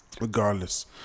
regardless